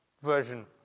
version